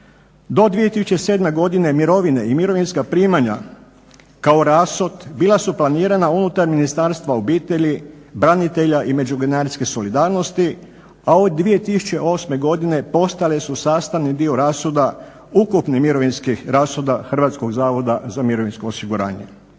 Do 2007.godine mirovine i mirovinska primanja kao rashod bila su planirana unutar Ministarstva obitelji, branitelja i međugeneracijske solidarnosti a od 2008.godine postale su sastavni dio rashoda ukupnih mirovinskih rashoda Hrvatskog zavoda za mirovinsko osiguranje.